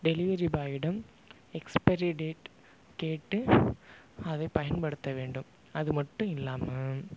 delivery பாயிடம் expiry date கேட்டு அதைப் பயன்படுத்த வேண்டும் அதுமட்டும் இல்லாமல்